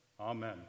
Amen